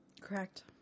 Correct